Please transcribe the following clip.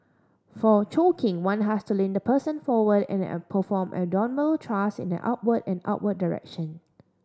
for choking one has to lean the person forward and a perform abdominal trust in an upward and upward direction